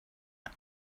our